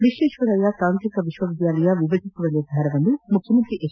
ವಿಶ್ವೇಶ್ವರಯ್ಯ ತಾಂತ್ರಿಕ ವಿಶ್ವವಿದ್ಯಾಲಯ ವಿಭಜಿಸುವ ನಿರ್ಧಾರವನ್ನು ಮುಖ್ಯಮಂತ್ರಿ ಎಚ್